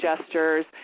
gestures